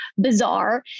bizarre